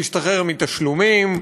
להשתחרר מתשלומים,